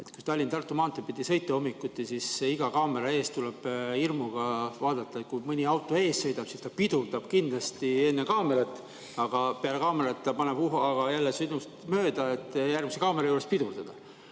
Tallinna–Tartu maanteed pidi sõita, siis iga kaamera ees tuleb hirmuga vaadata, et kui mõni auto ees sõidab, siis ta pidurdab kindlasti enne kaamerat, aga peale kaamerat ta uhab sinust mööda, et järgmise kaamera juures pidurdada. Mul